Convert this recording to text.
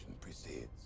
precedes